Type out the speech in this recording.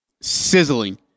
sizzling